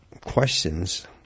questions